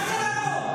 אז זהו.